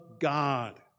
God